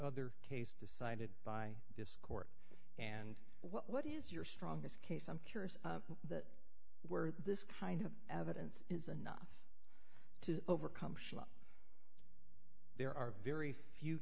other case decided by this court and what is your strongest case i'm curious that where this kind of evidence is enough to overcome there are very few